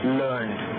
learned